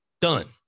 done